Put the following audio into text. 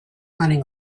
running